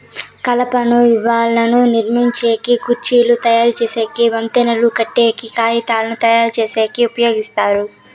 కలపను ఇళ్ళను నిర్మించేకి, కుర్చీలు తయరు చేసేకి, వంతెనలు కట్టేకి, కాగితంను తయారుచేసేకి ఉపయోగిస్తారు